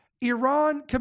Iran